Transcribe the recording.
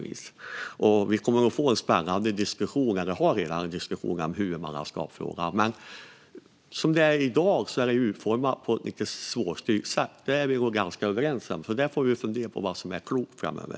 Vi kommer att få en spännande diskussion - eller rättare sagt har vi redan en diskussion - om huvudmannaskapsfrågan. Som det är i dag är det dock utformat på ett lite svårstyrt sätt; det är vi nog ganska överens om. Där får vi fundera på vad som är klokt framöver.